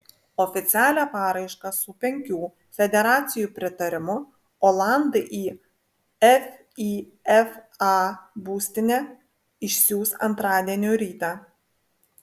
oficialią paraišką su penkių federacijų pritarimu olandai į fifa būstinę išsiųs antradienio rytą